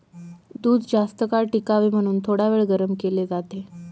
दूध जास्तकाळ टिकावे म्हणून थोडावेळ गरम केले जाते